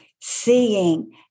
seeing